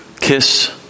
kiss